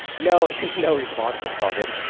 no no response, but it's all good.